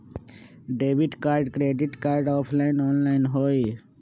Debit card credit card offline online होई?